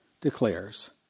declares